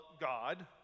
God